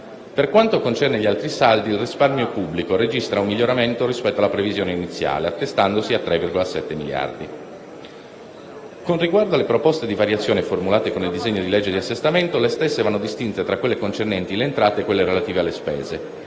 Per quanto concerne gli altri saldi, il risparmio pubblico registra un miglioramento rispetto alla previsione iniziale, attestandosi a 3,7 miliardi. Con riguardo alle proposte di variazione formulate con il disegno di legge di assestamento, le stesse vanno distinte tra quelle concernenti le entrate e quelle relative alle spese.